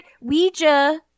Ouija